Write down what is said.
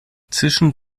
zwischen